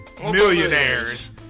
millionaires